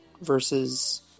versus